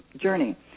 journey